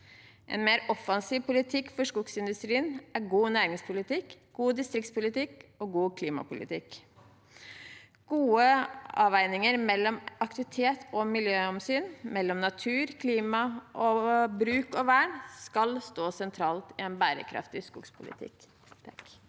En mer offensiv politikk for skogindustrien er god næringspolitikk, god distriktspolitikk og god klimapolitikk. Gode avveininger mellom aktivitet og miljøhensyn, mellom natur, klima, bruk og vern, skal stå sentralt i en bærekraftig skogpolitikk.